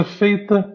feita